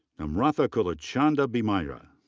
namratha kullachanda bheemaiah.